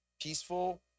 peaceful